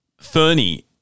fernie